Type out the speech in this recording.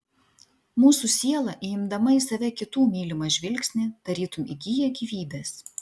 mūsų siela įimdama į save kitų mylimą žvilgsnį tarytum įgyja gyvybės